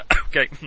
Okay